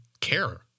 care